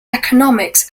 economics